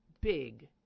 big